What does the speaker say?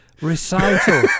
Recital